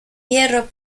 hierro